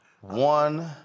one